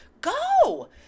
Go